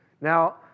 Now